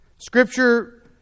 Scripture